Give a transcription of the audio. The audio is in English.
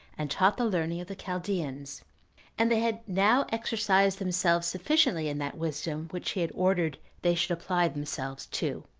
and taught the learning of the chaldeans and they had now exercised themselves sufficiently in that wisdom which he had ordered they should apply themselves to.